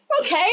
okay